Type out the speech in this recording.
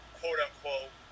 quote-unquote